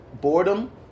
boredom